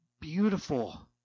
beautiful